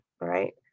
right